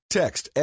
text